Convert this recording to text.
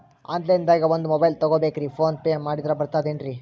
Online ದಾಗ ಒಂದ್ mobile ತಗೋಬೇಕ್ರಿ ಫೋನ್ ಪೇ ಮಾಡಿದ್ರ ಬರ್ತಾದೇನ್ರಿ?